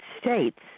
States